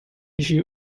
issue